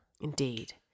Indeed